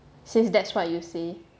since that's why you say